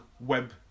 web